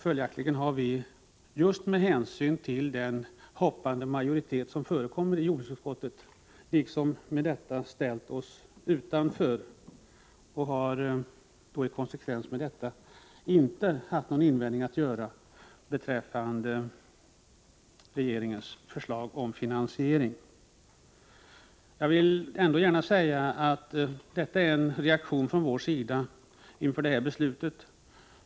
Följaktligen har vi med hänsyn till den skiftande majoritet som förekommer i jordbruksutskottet ställt oss utanför i den här frågan, och vi har i konsekvens med detta inte haft någon invändning att göra mot regeringens förslag om finansiering. Jag vill gärna säga att detta är en reaktion från vår sida inför det kommande beslutet.